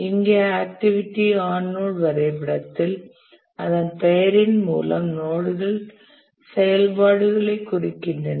இங்கே activity on node வரைபடத்தில் அதன் பெயரின் மூலம் நோட்கள் செயல்பாடுகளைக் குறிக்கின்றன